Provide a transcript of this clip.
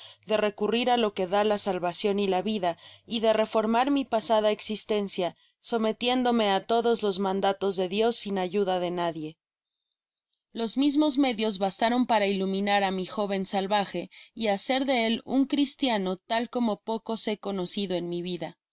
de recurrir á lo que da la salvacion y la vida y de reformar mi pasada existencia sometiéndome á todos los mandatos de dios sin ayuda de nadie los mismos medios bastaron para iluminar á mi joven salvaje y hacer de él un cristiano tal como pocos he conocido en mi vida